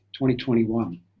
2021